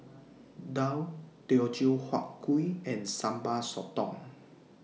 Daal Teochew Huat Kuih and Sambal Sotong